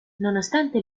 nonostante